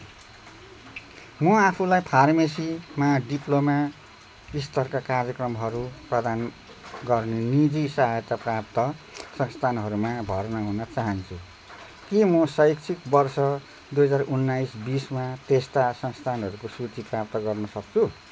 म आफूलाई फार्मेसीमा डिप्लोमा स्तरका कार्यक्रमहरू प्रदान गर्ने निजी सहायता प्राप्त संस्थानहरूमा भर्ना हुन चहान्छु के म शैक्षिक वर्ष दुईहजार उन्नाइस बिसमा त्यस्ता संस्थानहरूको सूची प्राप्त गर्न सक्छु